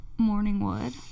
Morningwood